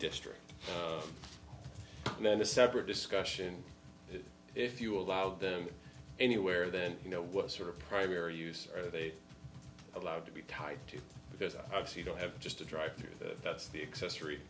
district and then the separate discussion if you allow them anywhere then you know what sort of primary use are they allowed to be tied to because i see don't have just a drive through that that's the accessory